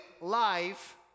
life